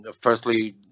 Firstly